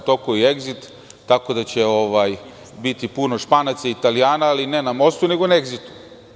U toku je i "Egzit", tako da će biti puno Španaca i Italijana, ali ne na mostu nego na "Egzitu"